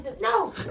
No